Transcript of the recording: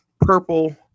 purple